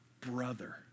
Brother